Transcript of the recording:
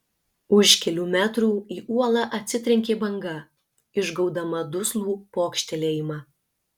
už kelių metrų į uolą atsitrenkė banga išgaudama duslų pokštelėjimą